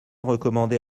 recommandé